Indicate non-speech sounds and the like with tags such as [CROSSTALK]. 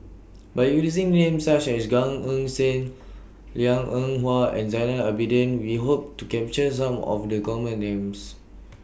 [NOISE] By using Names such as Gan Eng Seng Liang Eng Hwa and Zainal Abidin We Hope to capture Some of The Common Names